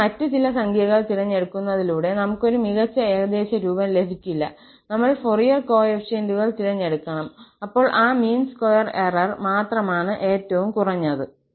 ഇവിടെ മറ്റ് ചില സംഖ്യകൾ തിരഞ്ഞെടുക്കുന്നതിലൂടെ നമുക്ക് ഒരു മികച്ച ഏകദേശരൂപം ലഭിക്കില്ല നമ്മൾ ഫോറിയർ കോഫിഫിഷ്യന്റുകൾ തിരഞ്ഞെടുക്കണം അപ്പോൾ ഈ മീൻ സ്ക്വയർ എറർ മാത്രമാണ് ഏറ്റവും കുറഞ്ഞത്